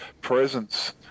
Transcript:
presence